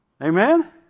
Amen